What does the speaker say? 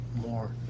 more